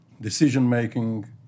decision-making